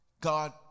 God